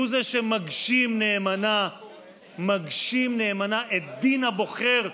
הוא שמגשים נאמנה את דין הבוחר.